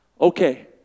okay